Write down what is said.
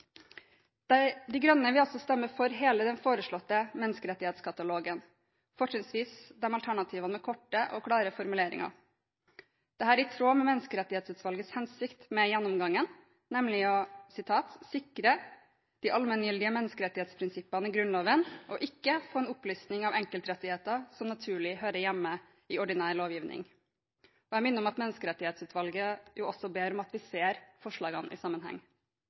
De Grønne vil altså stemme for hele den foreslåtte menneskerettighetskatalogen, fortrinnsvis alternativene med korte og klare formuleringer. Dette er i tråd med Menneskerettighetsutvalgets hensikt med gjennomgangen, nemlig å «sikre de allmenngyldige menneskerettsprinsippene i Grunnloven, og ikke få en opplisting av enkeltrettigheter, som naturlig hører hjemme i ordinær lovgivning». Jeg minner om at Menneskerettighetsutvalget jo også ber om at vi ser forslagene i sammenheng